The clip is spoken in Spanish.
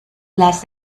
las